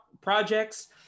projects